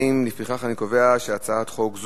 אנחנו מצביעים על כל החוק,